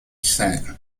scent